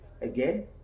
again